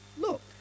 look